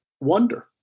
wonder